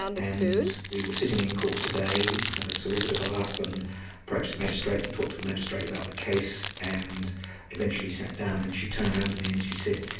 and we were sitting in court today, her solicitor got up and approached the magistrate and talked to the magistrate about the case, and eventually sat down, and she turned around to me and she said,